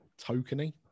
tokeny